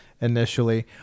initially